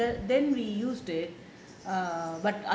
then we used it err but